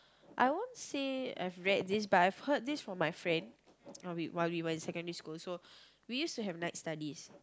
I won't say I've read this but I've heard this from my friend wh~ while we were in secondary school so we used to have night studies